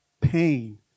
pain